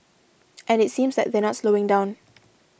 and it seems like they're not slowing down